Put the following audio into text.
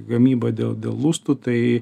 gamyba dėl dėl lustų tai